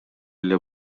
эле